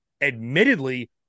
admittedly